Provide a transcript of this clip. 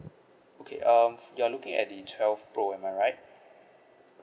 okay um you're looking at the twelve pro am I right